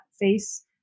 face